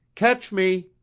catch me!